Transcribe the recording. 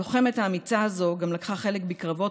הלוחמת האמיצה הזאת גם לקחה חלק בקרבות